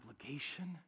obligation